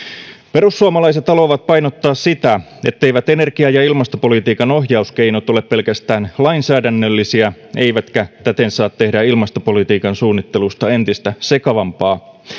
perussuomalaiset haluavat painottaa sitä etteivät energia ja ilmastopolitiikan ohjauskeinot ole pelkästään lainsäädännöllisiä eivätkä täten saa tehdä ilmastopolitiikan suunnittelusta entistä sekavampaa